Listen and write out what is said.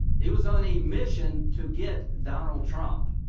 he was on a mission to get donald trump.